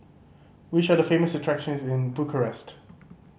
which are the famous attractions in Bucharest